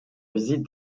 visite